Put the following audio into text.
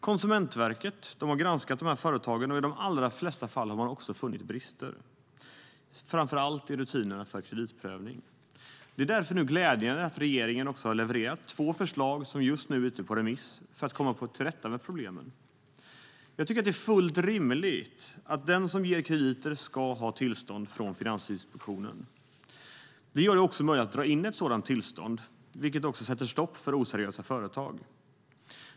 Konsumentverket har granskat företagen och i de allra flesta fall funnit brister, framför allt i rutinerna för kreditprövning. Det är därför nu glädjande att regeringen har levererat två förslag, som just nu är ute på remiss, för att komma till rätta med problemen. Jag tycker att det är fullt rimligt att den som ger krediter ska ha tillstånd från Finansinspektionen. Det gör det också möjligt att dra in ett sådant tillstånd, vilket sätter stopp för oseriösa företag.